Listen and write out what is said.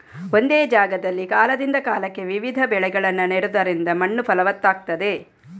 ಒಂದೇ ಜಾಗದಲ್ಲಿ ಕಾಲದಿಂದ ಕಾಲಕ್ಕೆ ವಿವಿಧ ಬೆಳೆಗಳನ್ನ ನೆಡುದರಿಂದ ಮಣ್ಣು ಫಲವತ್ತಾಗ್ತದೆ